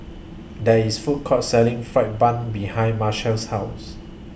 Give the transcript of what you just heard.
There IS Food Court Selling Fried Bun behind Marshall's House